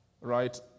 Right